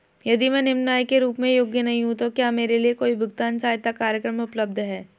यदि मैं निम्न आय के रूप में योग्य नहीं हूँ तो क्या मेरे लिए कोई भुगतान सहायता कार्यक्रम उपलब्ध है?